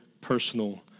personal